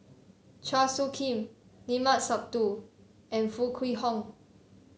Chua Soo Khim Limat Sabtu and Foo Kwee Horng